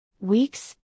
Weeks